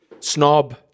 Snob